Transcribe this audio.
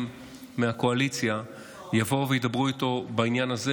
מהקואליציה יבואו וידברו איתו בעניין הזה,